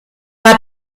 war